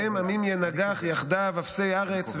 בהם עמים יְנַגַּח יַחְדָּו אפסי ארץ,